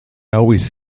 always